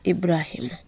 Ibrahim